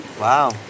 Wow